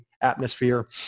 atmosphere